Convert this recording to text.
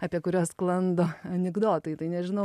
apie kuriuos sklando anekdotai tai nežinau